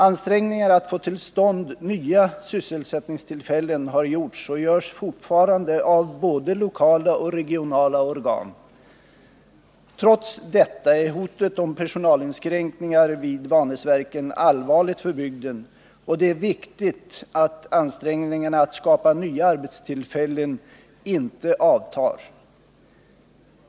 Ansträngningar att få till stånd nya 207 sysselsättningstillfällen har gjorts och görs fortfarande av både lokala och regionala organ. Trots detta är hotet om personalinskränkningar vid Vanäsverken allvarligt för bygden, och det är viktigt att ansträngningarna att skapa nya arbetstillfällen inte avtar.